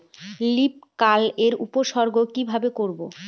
Leaf curl এর উপসর্গ কিভাবে করব?